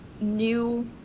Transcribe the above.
new